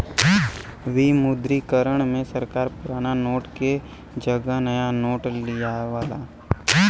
विमुद्रीकरण में सरकार पुराना नोट के जगह नया नोट लियावला